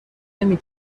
نمی